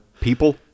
people